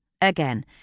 Again